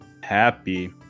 happy